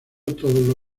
todos